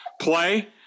play